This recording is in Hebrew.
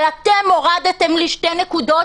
אבל אתם הורדתם לי שתי נקודות,